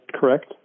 correct